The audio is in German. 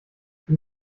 wie